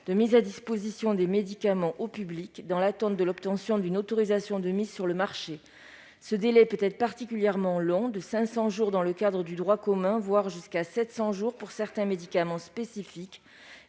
de mise à disposition des médicaments au public dans l'attente de l'obtention d'une autorisation de mise sur le marché. Ce délai peut être particulièrement long ; il est de 500 jours dans le cadre du droit commun et atteint 700 jours pour certains médicaments spécifiques.